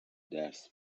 درس